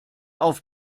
auf